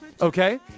Okay